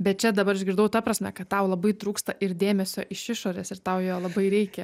bet čia dabar išgirdau ta prasme kad tau labai trūksta ir dėmesio iš išorės ir tau jo labai reikia